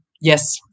Yes